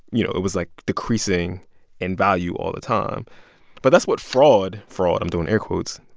you know it was, like, decreasing in value all the time but that's what fraud fraud, i'm doing air quotes.